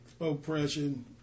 oppression